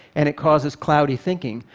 and it causes cloudy thinking.